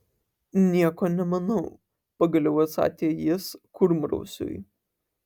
nieko nemanau pagaliau atsakė jis kurmrausiui